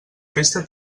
festa